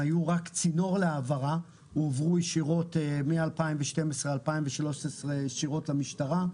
היו רק צינור להעברה הועברו ישירות מ-2012 ו-2013 ישירות למשטרה,